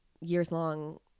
years-long